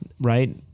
right